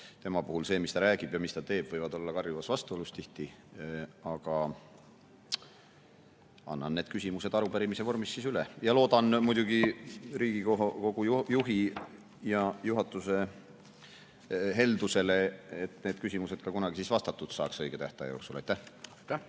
tema puhul see, mis ta räägib, ja see, mis ta teeb, võivad tihti olla karjuvas vastuolus. Aga annan need küsimused arupärimise vormis üle ja loodan muidugi Riigikogu esimehe ja juhatuse heldusele, et need küsimused ka kunagi vastatud saaksid õige tähtaja jooksul.